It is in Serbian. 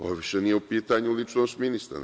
Ovo više nije u pitanju ličnost ministara.